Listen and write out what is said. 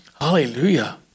Hallelujah